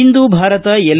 ಇಂದು Bharat L